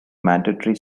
mandatory